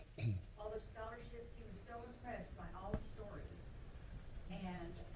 and all the scholarships, he was so impressed by all the stories and